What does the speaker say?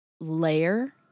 layer